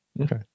okay